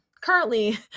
currently